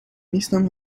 نیستم